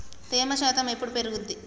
తేమ శాతం ఎప్పుడు పెరుగుద్ది?